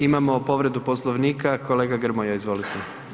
Imamo povredu Poslovnika, kolega Grmoja izvolite.